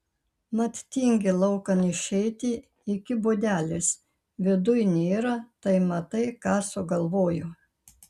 mat tingi laukan išeiti iki būdelės viduj nėra tai matai ką sugalvojo